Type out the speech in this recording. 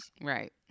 right